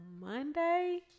Monday